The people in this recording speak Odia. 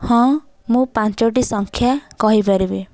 ହଁ ମୁଁ ପାଞ୍ଚୋଟି ସଂଖ୍ୟା କହିପାରିବି